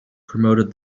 promoted